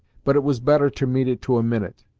but it was better to meet it to a minute.